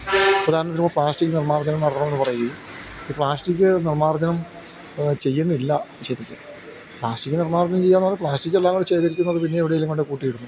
ഉദാഹരണത്തിന് ഇപ്പോൾ പ്ലാസ്റ്റിക് നിർമാർജനം നടത്തണം എന്ന് പറയുകയും ഈ പ്ലാസ്റ്റിക് നിർമാർജനം ചെയ്യുന്നില്ല ശരിക്ക് പ്ലാസ്റ്റിക് നിർമാർജനം ചെയ്യാന്ന് പറഞ്ഞ പ്ലാസ്റ്റിക് എല്ലാം കൂടെ ശേഖരിക്കുന്നത് പിന്നെ എവിടെലും കൊണ്ട് പോയി കൂട്ടിയിടുന്നു